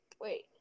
Wait